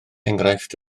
enghraifft